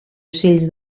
ocells